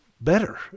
better